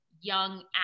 young